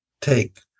take